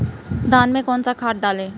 धान में कौन सा खाद डालें?